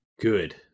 good